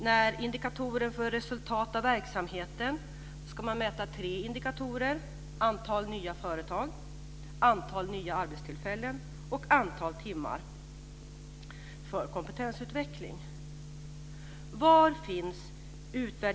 När det gäller resultat av verksamheten ska man mäta tre indikatorer: antal nya företag, antal nya arbetstillfällen och antal timmar för kompetensutveckling.